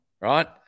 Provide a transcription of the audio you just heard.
Right